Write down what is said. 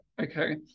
okay